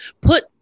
put